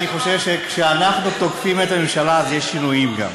אני חושב שכשאנחנו תוקפים את הממשלה אז יש שינויים גם.